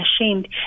ashamed